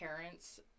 parents